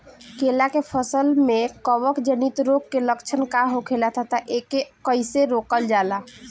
केला के फसल में कवक जनित रोग के लक्षण का होखेला तथा एके कइसे रोकल जाला?